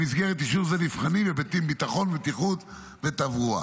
במסגרת אישור זה נבחנים היבטי ביטחון ובטיחות וכן היבטי תברואה.